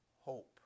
Hope